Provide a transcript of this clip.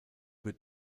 bit